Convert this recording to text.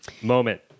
moment